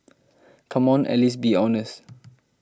come on at least be honest